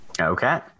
Okay